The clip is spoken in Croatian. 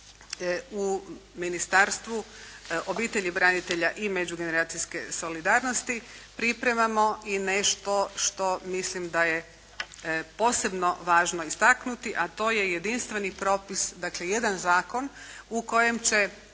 u Ministarstvu obitelji, branitelja i međugeneracijske solidarnosti pripremamo i nešto što mislim da je posebno važno istaknuti a to je jedinstveni propis. Dakle, jedan zakon u kojem će